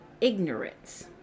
ignorance